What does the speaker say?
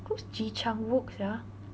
who's ji chang wook sia